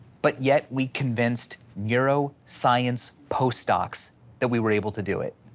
but yet we convinced neuro science postdocs that we were able to do it.